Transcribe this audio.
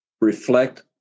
reflect